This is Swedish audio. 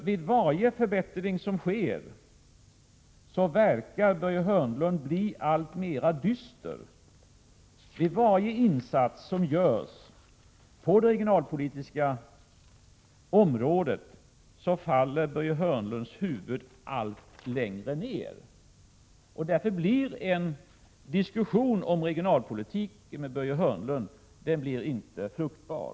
Vid varje förbättring som sker verkar Börje Hörnlund bli alltmera dyster. Vid varje insats som görs på det regionalpolitiska området faller Börje Hörnlunds huvud allt längre ner. Därför blir en diskussion om regionalpolitik med Börje Hörnlund inte fruktbar.